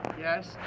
Yes